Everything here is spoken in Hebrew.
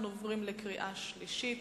אנחנו עוברים לקריאה שלישית.